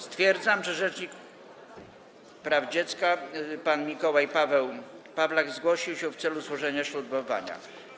Stwierdzam, że rzecznik praw dziecka pan Mikołaj Paweł Pawlak zgłosił się w celu złożenia ślubowania.